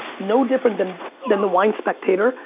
no different than than the wine spectator,